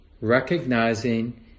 recognizing